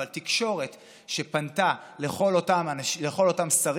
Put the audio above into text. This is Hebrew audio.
אבל תקשורת שפנתה לכל אותם שרים,